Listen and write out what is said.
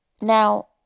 Now